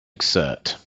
excerpt